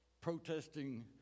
protesting